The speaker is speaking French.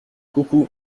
coucou